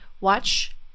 watch